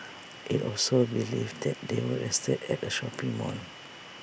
IT also believed that they were arrested at A shopping mall